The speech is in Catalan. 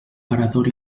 parador